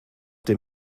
dem